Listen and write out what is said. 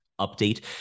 update